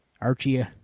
Archie